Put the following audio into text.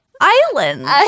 islands